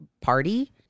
party